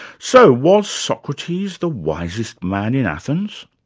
so was socrates the wisest man in athens?